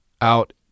out